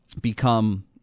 become